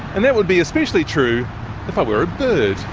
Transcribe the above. and that would be especially true if i were a bird.